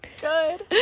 good